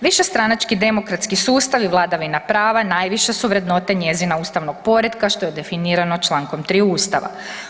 Višestranački demokratski sustav i vladavina prava najviše su vrednote njezina ustavnog poretka što je definirano Člankom 3. Ustava.